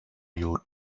you